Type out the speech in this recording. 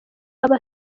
aba